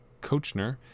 Kochner